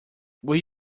will